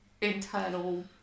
internal